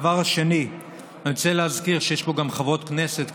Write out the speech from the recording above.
2. אני רוצה להזכיר שיש פה גם חברות כנסת,